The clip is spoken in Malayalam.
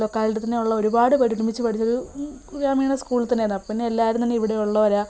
ലൊക്കാലിറ്റിയിൽ തന്നെ ഉള്ള ഒരുപാട് പേർ ഒരുമിച്ച് പഠിച്ചൊരു ഗ്രാമീണ സ്കൂൾ തന്നെയായിരുന്നു അപ്പോൾ പിന്നെ എല്ലാവരും തന്നെ ഇവിടെ ഉളളവരാണ്